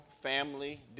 family